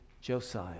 Josiah